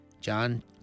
John